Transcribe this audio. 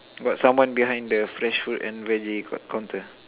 got someone behind the fresh fruit and vege coun~ counter